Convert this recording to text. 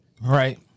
Right